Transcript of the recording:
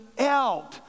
out